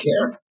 care